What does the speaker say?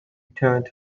returned